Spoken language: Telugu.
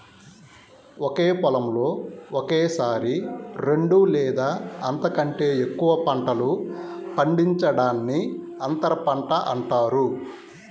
ఒకే పొలంలో ఒకేసారి రెండు లేదా అంతకంటే ఎక్కువ పంటలు పండించడాన్ని అంతర పంట అంటారు